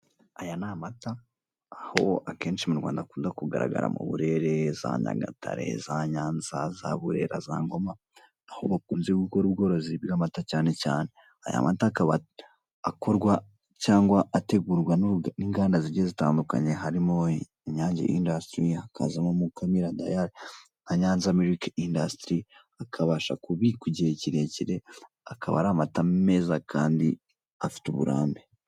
Aya ni amata aho akensi mu Rwanda akunda kugaragara mu burere za Nyagatare, za Nyanza, za Burera, za Ngoma aho bakunze gukora ubworozi bw'amata cyane cyane. Aya mata akaba akorwa cyangwa ategurwa n'inganda zigiye zitandukanye harimo Inyange indasitiri, hakazamo Mukamira dayari, na nyanza miliki inasitiri akabasha kubikwa igihe kirekire akaba ari amata meza kandi afite uburambe.